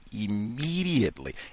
immediately